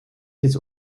des